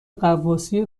غواصی